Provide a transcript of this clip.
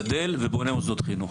גדל ובונה מוסדות חינוך.